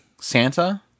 Santa